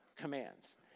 commands